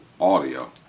audio